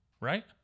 right